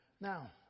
Now